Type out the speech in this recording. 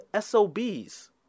SOBs